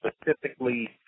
specifically